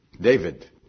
David